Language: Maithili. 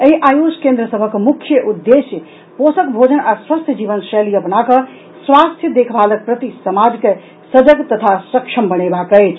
एहि आयुष केन्द्र सभक मुख्य उद्देश्य पोषक भोजन आ स्वस्थ्य जीवन शैली अपनाकऽ स्वास्थ्य देखभालक प्रति समाज के सजग तथा सक्षम बनेबाक अछि